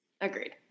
Agreed